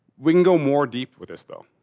we can go more deep with this though.